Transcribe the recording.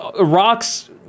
rocks